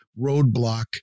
roadblock